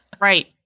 Right